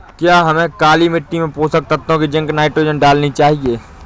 क्या हमें काली मिट्टी में पोषक तत्व की जिंक नाइट्रोजन डालनी चाहिए?